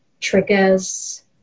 triggers